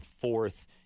fourth